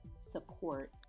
support